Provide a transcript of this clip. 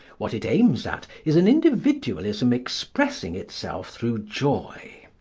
what it aims at is an individualism expressing itself through joy.